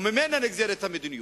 וממנה נגזרת המדיניות.